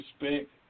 respect